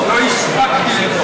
כמתנגד.